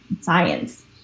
science